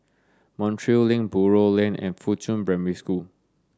Montreal Link Buroh Lane and Fuchun Primary School